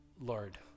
Lord